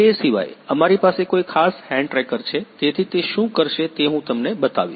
તે સિવાય અમારી પાસે કોઈ ખાસ હેડ ટ્રેકર છે તેથી તે શું કરશે તે હું તમને બતાવીશ